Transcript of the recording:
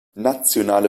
nationale